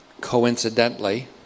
coincidentally